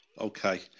Okay